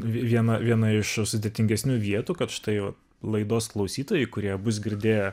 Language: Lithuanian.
viena viena iš sudėtingesnių vietų kad štai laidos klausytojai kurie bus girdėję